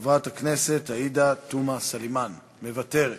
חברת הכנסת עאידה תומא סלימאן, מוותרת.